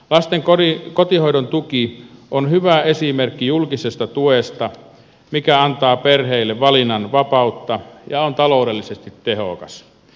lasten kotihoidon tuki on hyvä esimerkki julkisesta tuesta mikä antaa perheille valinnanvapautta ja on taloudellisesti tehokas